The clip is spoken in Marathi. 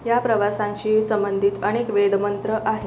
या प्रवासांशी संबंधित अनेक वेदमंत्र आहेत